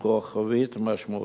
רוחבית משמעותית,